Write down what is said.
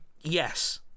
Yes